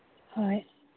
ꯍꯣꯏ